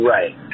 Right